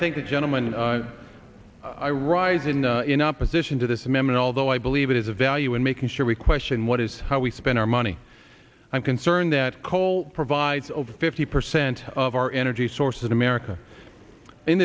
think that gentleman i rise in in opposition to this amendment although i believe it is a value in making sure we question what is how we spend our money i'm concerned that coal provides over fifty percent of our energy source in america in